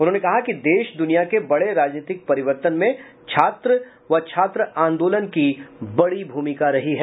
उन्होंने कहा कि देश दुनिया के बड़े राजनीतिक परिवर्तन में छात्र व छात्र आंदोलन की बड़ी भूमिका रही है